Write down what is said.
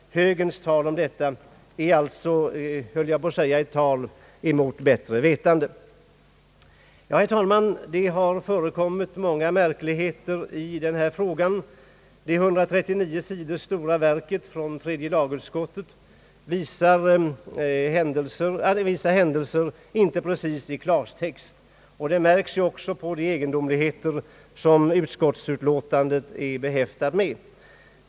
Högerns tal om detta är alltså, jag höll på att säga ett tal mot bättre vetande. Herr talman! Det har förekommit många märkligheter vid denna frågas behandling. Det 139 sidor stora verket från tredje lagutskottet redovisar inte precis i klartext allt som hänt. Det märks också på de egendomligheter som utskottsutlåtandet är behäftat med.